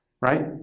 right